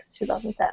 2007